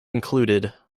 included